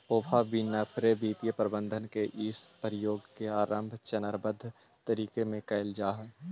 Oprah Winfrey वित्तीय प्रबंधन के इ प्रयोग के आरंभ चरणबद्ध तरीका में कैइल जा हई